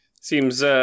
Seems